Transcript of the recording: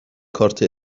کارت